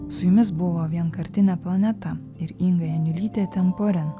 su jumis buvo vienkartinė planeta ir inga janiulytė temporen